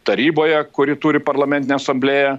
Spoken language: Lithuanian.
taryboje kuri turi parlamentinę asamblėją